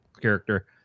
character